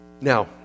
Now